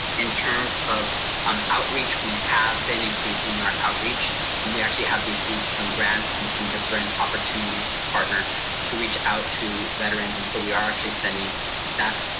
in terms of um outreach, we have been increasing our outreach and we actually have received some grants and some different opportunities to partner to reach out to veterans. and so we are actually sending staff